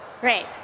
Great